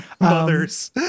mothers